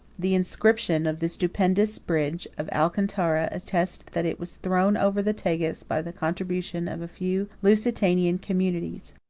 the inscription of the stupendous bridge of alcantara attests that it was thrown over the tagus by the contribution of a few lusitanian communities.